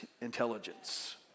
intelligence